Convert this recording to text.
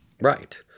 Right